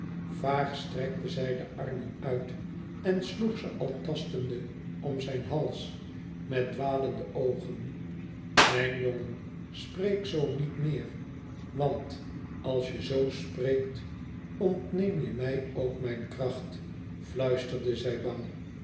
vaag strekte zij de armen uit en sloeg ze als tastende om zijn hals met dwalende oogen mijn jongen spreek zoo niet meer want als je zoo spreekt ontneem je mij ook mijn kracht fluisterde zij bang